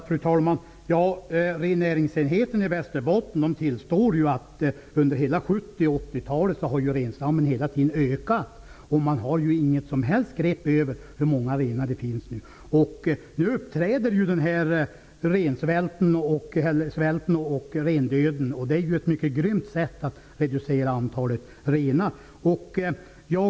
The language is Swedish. Fru talman! Rennäringsenheten i Västerbottens län tillstår att antalet renar hela tiden har ökat under 70 och 80-talet. Man har inget som helst grepp om hur många renar det finns. Nu uppträder rensvält och rendöd, och det är ett mycket grymt sätt att reducera antalet renar.